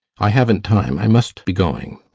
i haven't time, i must be going.